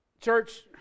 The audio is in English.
Church